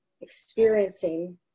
experiencing